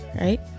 right